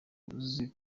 uzi